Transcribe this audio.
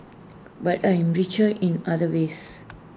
but I am richer in other ways